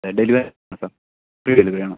delivery sir free delivery ആണ്